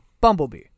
Bumblebee